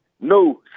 no